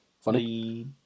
Funny